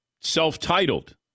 self-titled